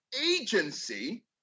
agency